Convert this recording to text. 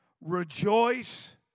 Rejoice